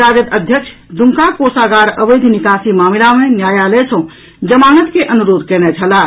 राजद अध्यक्ष दुमका कोषागार अवैध निकासी मामिला मे न्यायालय सँ जमानत के अनुरोध कयने छलाह